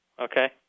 Okay